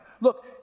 Look